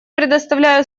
предоставляю